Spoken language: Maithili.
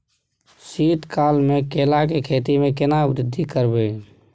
शीत काल मे केला के खेती में केना वृद्धि करबै?